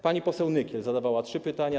Pani poseł Nykiel zadawała trzy pytania.